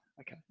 okay